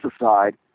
aside